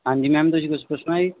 ਹਾਂਜੀ ਮੈਮ ਤੁਸੀਂ ਕੁਝ ਪੁੱਛਣਾ ਜੀ